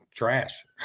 trash